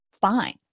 fine